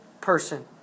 person